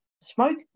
Smoke